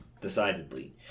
Decidedly